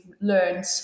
learned